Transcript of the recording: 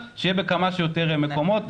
שיהיה בכמה שיותר מקומות,